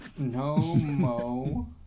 Nomo